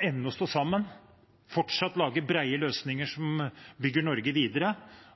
ennå kan stå sammen og fortsatt lage brede løsninger som bygger Norge videre,